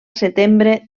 setembre